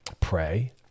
Pray